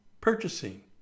purchasing